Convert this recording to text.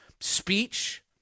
speech